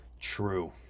true